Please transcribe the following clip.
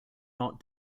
not